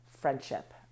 friendship